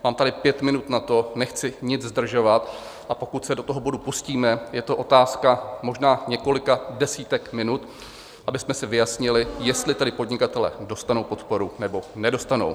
Mám tady na to pět minut, nechci nic zdržovat, a pokud se do toho bodu pustíme, je to otázka možná několika desítek minut, abychom si vyjasnili, jestli tedy podnikatelé dostanou podporu, nebo nedostanou.